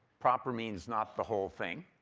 proper means not the whole thing.